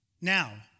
Now